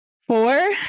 four